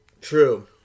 True